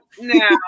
Now